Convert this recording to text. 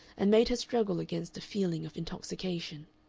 and made her struggle against a feeling of intoxication.